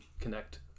connect